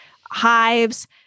hives